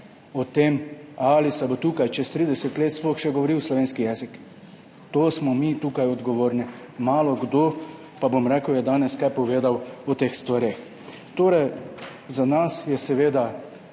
o tem, ali se bo tukaj čez 30 let sploh še govoril slovenski jezik? Za to smo mi tukaj odgovorni. Malokdo je danes kaj povedal o teh stvareh. Za nas je seveda